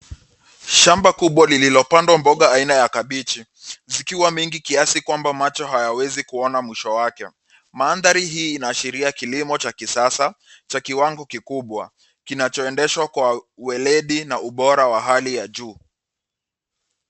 Shamba kubwa lililopandwa mboga aina ya kabeji, zikiwa mengi kiasi kwamba macho hayawezi kuona mwisho wake. Madhari hii inaashiria kilimo cha kisasa cha kiwango kikubwa, kinachoendeshwa kwa ueledi na ubora wa juu.